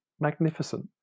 magnificent